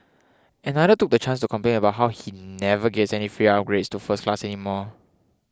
another took the chance to complain about how he never gets any free upgrades to first class anymore